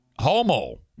homo